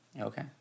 okay